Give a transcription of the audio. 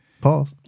Pause